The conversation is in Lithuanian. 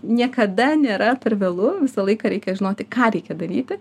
niekada nėra per vėlu visą laiką reikia žinoti ką reikia daryti